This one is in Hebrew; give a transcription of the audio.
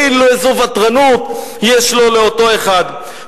איזו ותרנות יש לו, לאותו אחד.